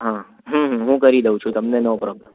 હા હમ હમ હું કરી દઉં છું તમને નો પ્રોબ્લેમ